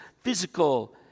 physical